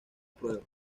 prueba